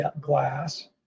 Glass